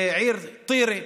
בעיר טירה,